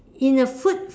in a food